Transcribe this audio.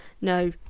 No